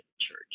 Church